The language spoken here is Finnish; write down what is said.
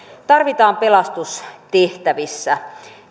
tarvitaan pelastustehtävissä